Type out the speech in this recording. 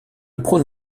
prône